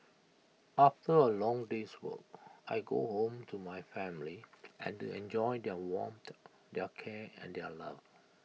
after A long day's work I go home to my family and to enjoy their warmth their care and their love